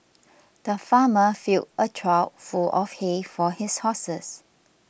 the farmer filled a trough full of hay for his horses